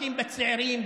מכים בצעירים,